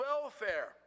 welfare